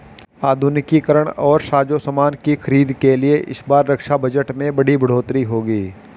आधुनिकीकरण और साजोसामान की खरीद के लिए इस बार रक्षा बजट में बड़ी बढ़ोतरी होगी